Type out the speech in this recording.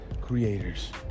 creators